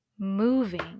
moving